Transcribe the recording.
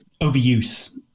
Overuse